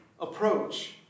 approach